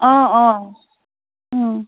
অঁ অঁ